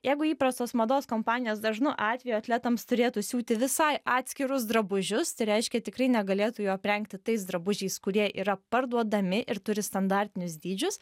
jeigu įprastos mados kompanijos dažnu atveju atletams turėtų siūti visai atskirus drabužius tai reiškia tikrai negalėtų jų aprengti tais drabužiais kurie yra parduodami ir turi standartinius dydžius